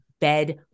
bed